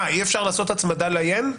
אי-אפשר לעשות הצמדה ל-ין?